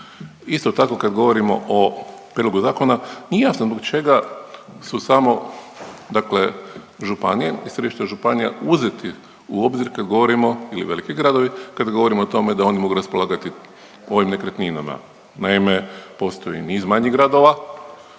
Isto tako kad govorimo o prijedlogu zakona, nije jasno zbog čega su samo dakle županije i središta županija uzeti u obzir kad govorimo ili veliki gradovi, kad govorimo o tome da oni mogu raspolagati ovim nekretninama. Naime, postoji niz manjih gradova